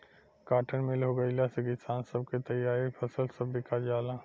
cotton mill हो गईला से किसान सब के तईयार फसल सब बिका जाला